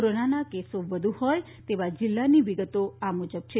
કોરોનાના કેસો વધુ હોય તેવા જિલ્લાની વિગત આ મુજબ છે